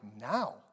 now